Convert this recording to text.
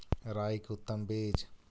राई के उतम बिज?